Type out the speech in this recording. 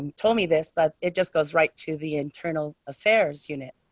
and told me this, but it just goes right to the internal affairs unit.